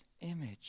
image